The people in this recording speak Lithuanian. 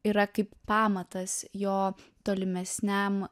yra kaip pamatas jo tolimesniam